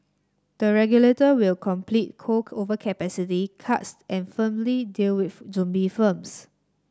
the regulator will complete coal overcapacity cuts and firmly deal with zombie firms